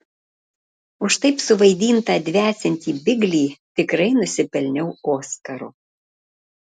už taip suvaidintą dvesiantį biglį tikrai nusipelniau oskaro